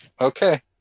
Okay